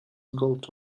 gold